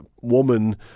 woman